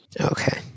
okay